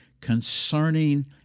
concerning